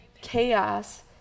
chaos